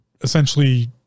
essentially